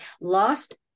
lost